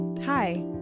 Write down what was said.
Hi